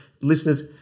listeners